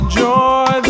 joy